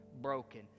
broken